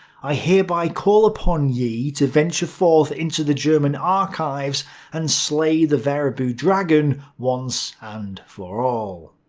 i hereby call upon ye to venture forth into the german archives and slay the wehraboo dragon once and for all.